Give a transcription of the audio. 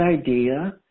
idea